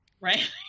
right